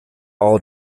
all